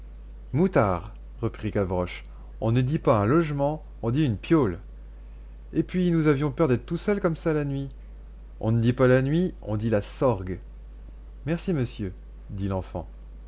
moutard reprit gavroche on ne dit pas un logement on dit une piolle et puis nous avions peur d'être tout seuls comme ça la nuit on ne dit pas la nuit on dit la sorgue merci monsieur dit l'enfant